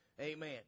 Amen